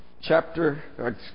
chapter